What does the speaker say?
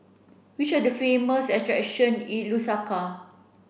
which are the famous attractions in Lusaka